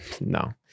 No